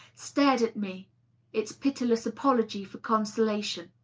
stared at me its pitiless apology for consolation.